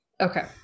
okay